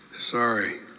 Sorry